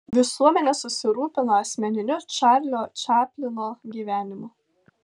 visuomenė susirūpino asmeniniu čarlio čaplino gyvenimu